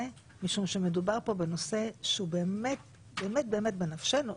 משום שמדובר פה בנושא שהוא באמת-באמת בנפשנו.